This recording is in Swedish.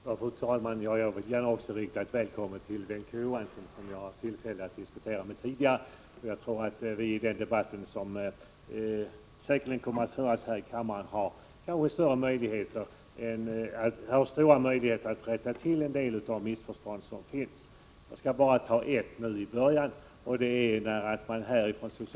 Fru talman! Jag vill också rikta ett välkommen till Bengt Johansson, som jag har haft tillfälle att diskutera med tidigare. Jag tror att vi vid de debatter som säkerligen kommer att föras här i kammaren har stora möjligheter att rätta till en del av de missförstånd som uppstått. Jag skall bara ta ett här till en början.